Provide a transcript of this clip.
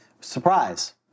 surprise